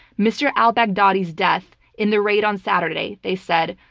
mr. al-baghdadi's death in the raid on saturday, they said,